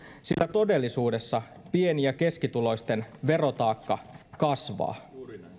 sillä todellisuudessa pieni ja keskituloisten verotaakka kasvaa